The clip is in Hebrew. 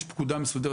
יש פקודה מסודרת,